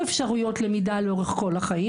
שיש בו אפשרויות למידה לאורך כל החיים